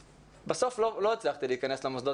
בסופו של דבר לא הצלחתי להיכנס למוסדות